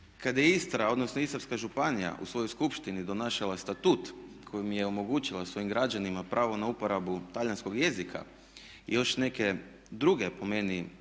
Kad je Istra, odnosno Istarska županija u svojoj skupštini donosila statut kojim je omogućila svojim građanima pravo na uporabu talijanskog jezika i još neke druge po meni